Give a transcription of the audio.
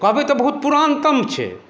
कहबै तऽ बहुत पुरानतम छै